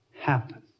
happen